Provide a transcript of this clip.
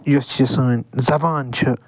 یُس یہِ سٲنۍ زبان چھِ